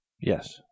Yes